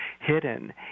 hidden